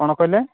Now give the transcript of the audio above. କ'ଣ କହିଲେ